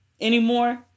anymore